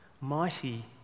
mighty